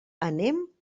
anem